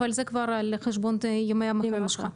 אבל זה כבר על חשבון ימי המחלה שלו?